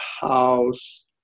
house